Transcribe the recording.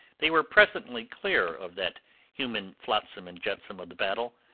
they were presently clear of that human flotsam and jetsam of the battle,